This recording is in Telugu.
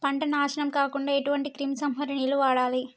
పంట నాశనం కాకుండా ఎటువంటి క్రిమి సంహారిణిలు వాడాలి?